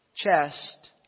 chest